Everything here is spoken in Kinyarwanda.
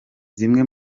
zimwe